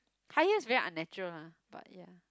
high heels very unnatural lah but ya